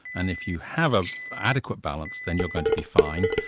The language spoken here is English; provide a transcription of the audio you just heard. and if you have ah adequate balance, then you're going to be fine,